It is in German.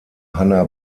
hanna